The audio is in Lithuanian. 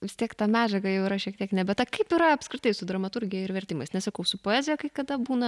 vis tiek ta medžiaga jau yra šiek tiek nebe ta kaip yra apskritai su dramaturgija ir vertimas nes sakau su poezija kai kada būna